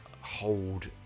hold